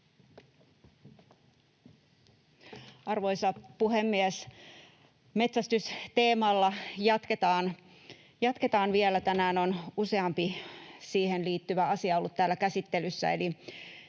Arvoisa puhemies! Metsästysteemalla jatketaan vielä. Tänään on useampi siihen liittyvä asia ollut täällä käsittelyssä.